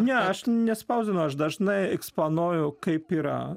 ne aš nespausdinu aš dažnai eksponuoju kaip yra